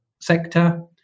sector